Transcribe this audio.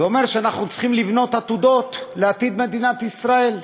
זה אומר שאנחנו צריכים לבנות עתודות לעתיד מדינת ישראל.